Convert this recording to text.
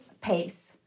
pace